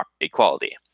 equality